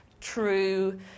true